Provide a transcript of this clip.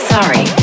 Sorry